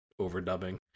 overdubbing